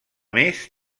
més